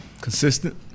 Consistent